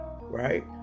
right